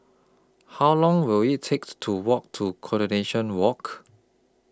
How Long Will IT takes to Walk to Coronation Walk